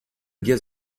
gaz